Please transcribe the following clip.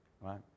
right